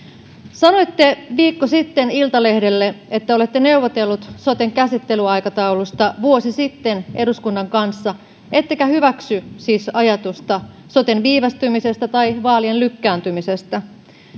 sanoitte viikko sitten iltalehdelle että olette neuvotellut soten käsittelyaikataulusta vuosi sitten eduskunnan kanssa ettekä hyväksy siis ajatusta soten viivästymisestä tai vaalien lykkääntymisestä